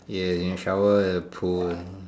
ya you can shower at the pool